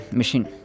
machine